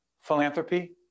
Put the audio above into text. philanthropy